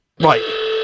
Right